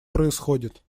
происходит